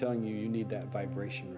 telling you you need that vibration